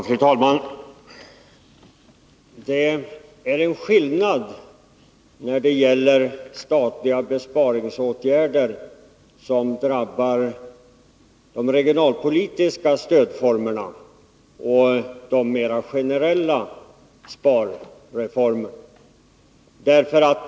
Fru talman! Det är skillnad på statliga besparingsåtgärder som drabbar de regionalpolitiska stödformerna och de mera generella sparreformerna.